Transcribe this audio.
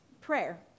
prayer